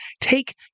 take